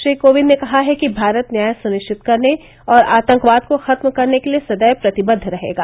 श्री कोविंद ने कहा है कि भारत न्याय सुनिश्चित करने और आतंकवाद को खत्म करने के लिए सदैव प्रतिबद्ध रहेगा